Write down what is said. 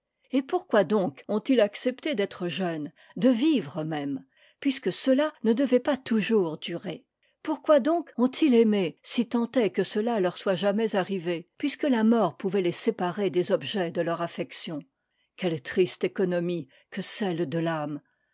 et pourquoi donc ont-ils accepté d'être jeunes de vivre même puisque cela ne devait pas toujours durer pourquoi donc ont-ils aimé si tant est que cela leur soit jamais arrivé puisque la mort pouvait les séparer des objets de leur affection quelle triste économie que celle de l'âme